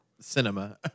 Cinema